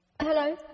Hello